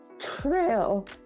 trail